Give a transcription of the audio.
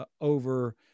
over